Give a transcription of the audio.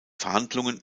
verhandlungen